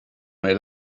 may